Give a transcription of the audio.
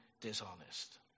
dishonest